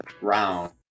round